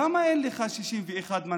למה איך לך 61 מנדטים?